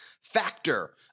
Factor